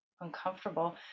uncomfortable